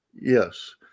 Yes